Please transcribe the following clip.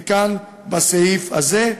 וכאן, בסעיף הזה,